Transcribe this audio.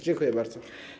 Dziękuję bardzo.